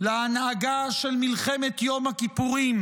להנהגה של מלחמת יום הכיפורים,